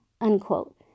unquote